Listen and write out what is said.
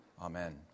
Amen